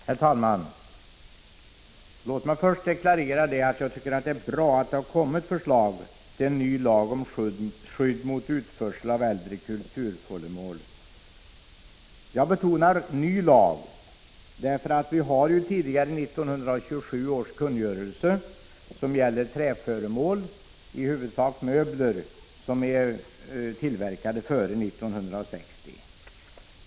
Herr talman! Låt mig först deklarera att jag tycker att det är bra att det har kommit förslag till en ny lag om skydd mot utförsel av äldre kulturföremål. Jag betonar ny lag. Vi har ju tidigare 1927 års kungörelse, som gäller träföremål, i huvudsak möbler, som är tillverkade före 1860.